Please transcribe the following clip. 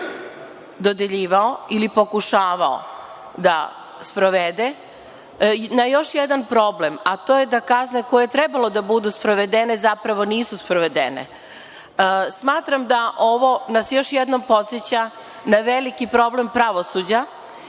dodeljivao ili pokušavao da sprovede, na još jedan problem, a to je da kazne koje je trebalo da budu sprovedene zapravo nisu sprovedene. Smatram da ovo nas još jednom podseća na veliki problem pravosuđa